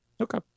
okay